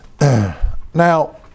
now